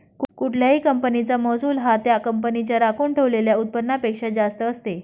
कुठल्याही कंपनीचा महसूल हा त्या कंपनीच्या राखून ठेवलेल्या उत्पन्नापेक्षा जास्त असते